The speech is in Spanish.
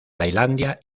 tailandia